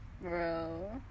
Bro